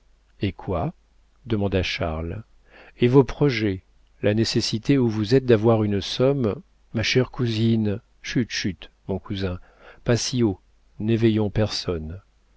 et quoi demanda charles et vos projets la nécessité où vous êtes d'avoir une somme ma chère cousine chut chut mon cousin pas si haut n'éveillons personne